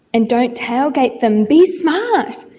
and don't tailgate them. be smart.